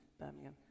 Birmingham